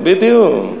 בדיוק.